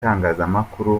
itangazamakuru